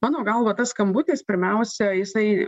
mano galva tas skambutis pirmiausia jisai